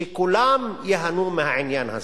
שכולם ייהנו מהעניין הזה.